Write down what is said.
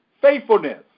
Faithfulness